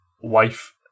wife